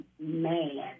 man